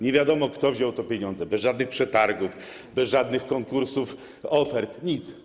Nie wiadomo, kto wziął te pieniądze, bez żadnych przetargów, bez żadnych konkursów ofert, nic.